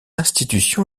institution